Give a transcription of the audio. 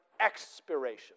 expiration